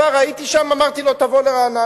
כבר הייתי שם ואמרתי לו: תבוא לרעננה.